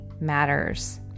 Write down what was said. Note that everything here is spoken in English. matters